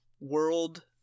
world